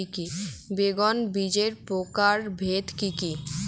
বেগুন বীজের প্রকারভেদ কি কী?